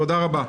תודה רבה.